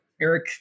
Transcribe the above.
Eric